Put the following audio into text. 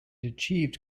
achieved